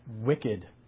wicked